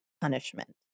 punishment